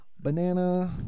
banana